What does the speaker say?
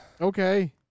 Okay